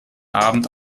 abend